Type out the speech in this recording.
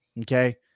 Okay